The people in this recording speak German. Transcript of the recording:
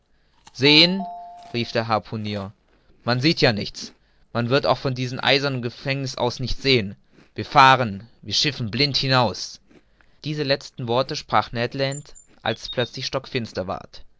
sehen rief der harpunier man sieht ja nichts man wird auch von diesem eisernen gefängniß aus nichts sehen wir fahren wir schiffen blind hinaus diese letzten worte sprach ned land als es plötzlich stockfinster ward